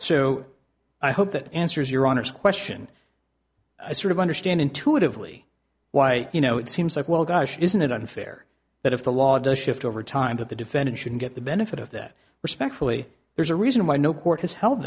so i hope that answers your honour's question sort of understand intuitively why you know it seems like well gosh isn't it unfair that if the law does shift over time that the defendant should get the benefit of that respectfully there's a reason why no court has held